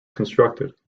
constructed